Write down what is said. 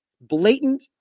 blatant